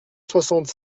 soixante